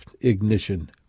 ignition